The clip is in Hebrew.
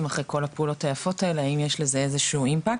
אחרי כל הפעולות היפות האלה האם יש לזה איזשהו אימפקט.